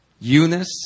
Eunice